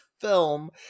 film